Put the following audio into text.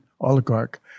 oligarch